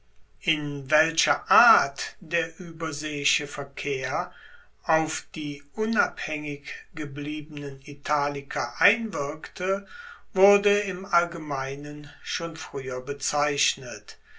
in welcher art der ueberseeische verkehr auf die unabhaengig gebliebenen italiker einwirkte wurde im allgemeinen schon frueher bezeichnet